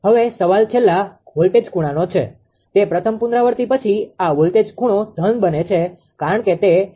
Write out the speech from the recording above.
હવે સવાલ છેલ્લા વોલ્ટેજ ખૂણાનો છે તે પ્રથમ પુનરાવૃત્તિ પછી આ વોલ્ટેજ ખૂણો ધન બને છે કારણ કે તે 0